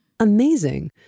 Amazing